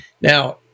Now